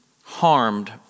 harmed